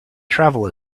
travel